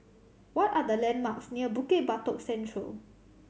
what are the landmarks near Bukit Batok Central